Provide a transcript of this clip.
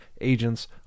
agents